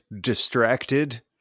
distracted